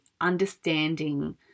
understanding